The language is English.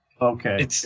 Okay